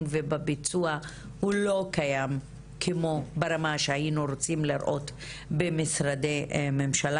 ובביצוע הוא לא קיים כמו ברמה שהיינו רוצים לראות במשרדי ממשלה,